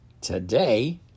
Today